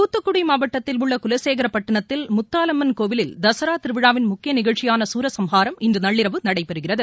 துத்துக்குடி மாவட்டத்தில் உள்ள குலசேரப்பட்டினத்தில் முத்தாலம்மன் கோயிலில் தசரா திருவிழாவின் முக்கிய நிகழ்ச்சியான சூரசம்ஹாரம் இன்று நள்ளிரவு நடைபெறுகிறது